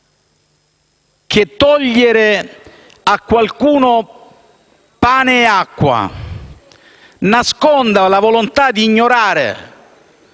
che togliere a qualcuno pane e acqua nasconda la volontà di ignorare